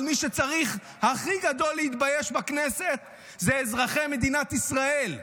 אבל מי שצריך הכי בגדול להתבייש בכנסת זה אזרחי מדינת ישראל.